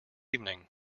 evening